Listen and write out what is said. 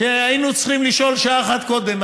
שהיינו צריכים לשאול שעה אחת קודם.